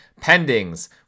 Pendings